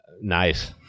Nice